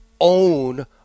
own